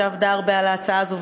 שעבדה הרבה על ההצעה הזאת,